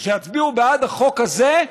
שיצביעו בעד החוק הזה,